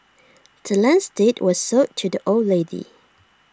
the land's deed was sold to the old lady